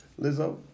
Lizzo